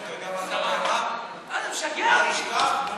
זה משגע אותי.